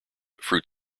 fruit